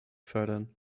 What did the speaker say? fördern